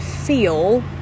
feel